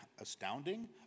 astounding